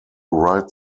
wright